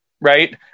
Right